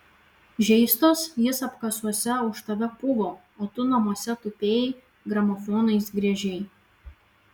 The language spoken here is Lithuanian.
žeistos jis apkasuose už tave puvo o tu namuose tupėjai gramofonais griežei